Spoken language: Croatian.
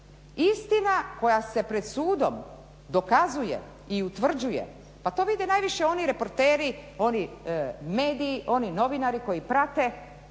Istina koja se pred sudom dokazuje i utvrđuje, pa to vide najviše oni reporteri, oni mediji, oni novinari koji prate,